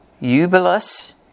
Eubulus